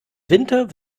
winter